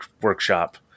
workshop